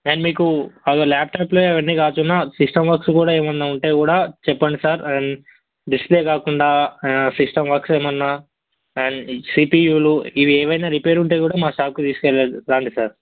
and మీకు ఆ ల్యాప్టాప్లో ఏవన్నా సిస్టమ్ వర్క్స్ కూడా ఏవన్నా ఉంటే కూడా చెప్పండి సార్ అండ్ డిస్ప్లే కాకుండా సిస్టమ్ వర్క్స్ ఏమన్నా అండ్ సీపీయూలు ఇవి ఏవైనా రిపేర్ ఉంటే కూడా మా షాప్కి తీసుకురండి సార్